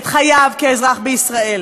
את חייו כאזרח בישראל.